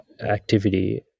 activity